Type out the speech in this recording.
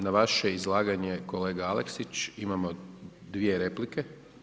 Na vaše izlaganje kolega Aleksić imamo dvije replike.